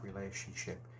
relationship